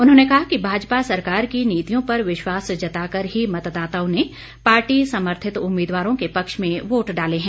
उन्होंने कहा कि भाजपा सरकार की नीतियों पर विश्वास जताकर ही मतदाताओं ने पार्टी समर्थित उम्मीदवारों के पक्ष में वोट डाले हैं